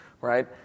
right